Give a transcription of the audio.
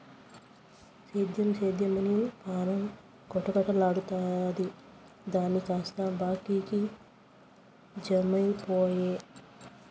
సేద్దెం సేద్దెమని పాణం కొటకలాడతాది చేను కాస్త బాకీకి జమైపాయె